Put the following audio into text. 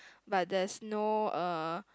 but there's no uh